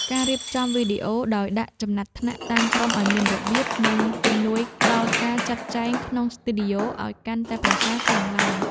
ការរៀបចំវីដេអូដោយដាក់ចំណាត់ថ្នាក់តាមក្រុមឱ្យមានរបៀប និង ជំនួយដល់ការចាត់ចែងក្នុងស្ទូឌីយ៉ូឱ្យកាន់តែប្រសើរខ្លាំងឡើង។